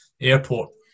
airport